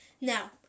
Now